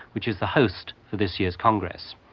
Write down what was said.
which is the host for this year's congress.